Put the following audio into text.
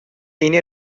ini